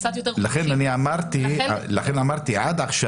יכול לראות את כל הגורמים שנמצאים באולם בצורה מלאה,